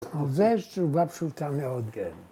זו תשובה פשוטה מאוד. כן